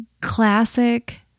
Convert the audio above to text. classic